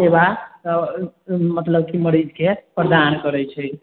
सेवा मतलब की मरीज के प्रदान करै छै